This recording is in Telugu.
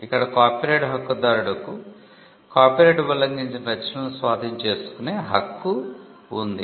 ఇక్కడ కాపీరైట్ హక్కుదారుడుకు కాపీరైట్ ఉల్లంఘించిన రచనలను స్వాధీనం చేసుకునే హక్కు ఉంది